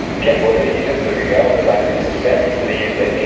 cambodia uses the riel, divided into sen. they use the a,